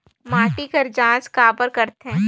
माटी कर जांच काबर करथे?